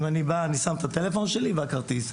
אני שם את הטלפון שלי, והכרטיס.